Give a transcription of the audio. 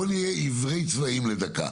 בואו נהיה עיוורי צבעים לדקה,